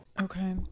Okay